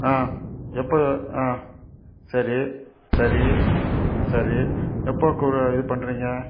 ஆ எப்போ ஆ சரி சரி சரி எப்போ கு இது பண்ணுறீங்க